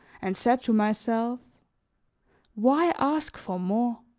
and said to myself why ask for more?